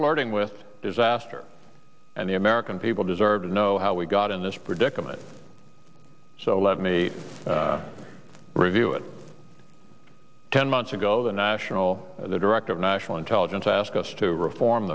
flirting with disaster and the american people deserve to know how we got in this predicament so let me review it ten months ago the national director of national intelligence ask us to reform